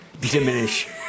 diminish